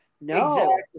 No